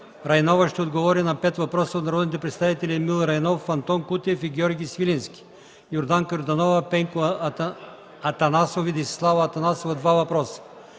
ще отговори на пет въпроса от народните представители: Емил Райнов, Антон Кутев и Георги Свиленски, Йорданка Йорданова, Пенко Атанасов, и Десислава Атанасова – два въпроса,